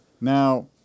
Now